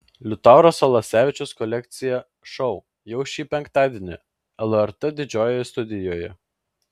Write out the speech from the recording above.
liutauro salasevičiaus kolekcija šou jau šį penktadienį lrt didžiojoje studijoje